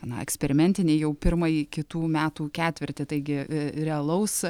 na eksperimentiniai jau pirmąjį kitų metų ketvirtį taigi realaus